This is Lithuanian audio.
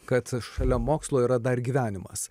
kad šalia mokslo yra dar gyvenimas